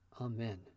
Amen